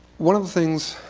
one of the things